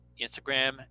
Instagram